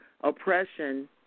oppression